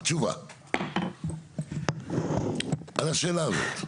תשובה על השאלה הזאת.